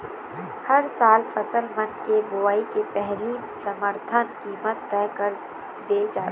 हर साल फसल मन के बोवई के पहिली समरथन कीमत तय कर दे जाथे